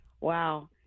Wow